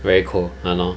very cold !hannor!